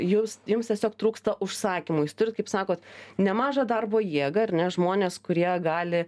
jūs jums tiesiog trūksta užsakymų jūs turit kaip sakot nemažą darbo jėgą ar ne žmones kurie gali